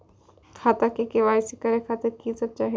खाता के के.वाई.सी करे खातिर की सब चाही?